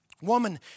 woman